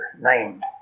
named